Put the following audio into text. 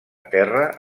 terra